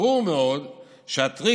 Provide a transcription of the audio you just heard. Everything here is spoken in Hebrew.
ברור מאוד שהטריגר